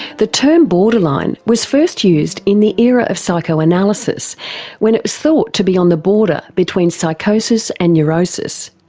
the term borderline was first used in the era of psychoanalysis when it was thought to be on the border between psychoses and neuroses,